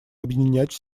объединять